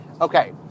Okay